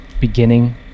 beginning